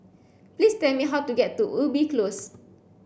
please tell me how to get to Ubi Close